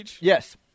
Yes